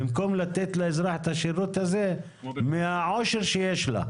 במקום לתת לאזרח את השירות הזה מהעושר שיש לה?